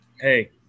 Hey